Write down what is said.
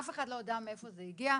אף אחד לא יודע מאיפה זה הגיע.